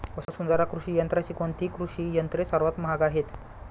वसुंधरा कृषी यंत्राची कोणती कृषी यंत्रे सर्वात महाग आहेत?